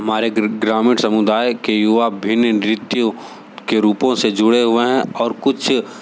हमारे ग्रामीण समुदाय के युवा भिन्न नृत्यों के रूपों से जुड़े हुए है और कुछ